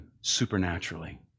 supernaturally